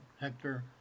Hector